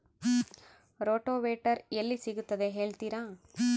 Rotavator ಎಲ್ಲಿ ಸಿಗುತ್ತದೆ ಹೇಳ್ತೇರಾ?